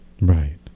Right